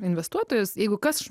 investuotojus jeigu kas